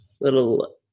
little